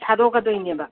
ꯊꯥꯗꯣꯛꯀꯗꯣꯏꯅꯦꯕ